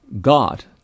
God